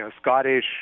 Scottish